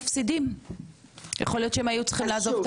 הארץ ותקופת ההתארגנות לא חלה עליהם.